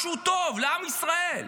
משהו טוב לעם ישראל,